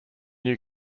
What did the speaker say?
new